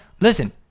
listen